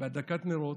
בהדלקת נרות,